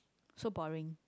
so boring